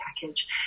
package